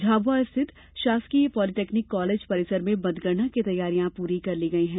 झाबुआ स्थित षासकीय polytechnic college परिसर में मतगणना की तैयारियां पूरी कर ली गई हैं